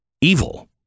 evil